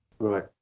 Right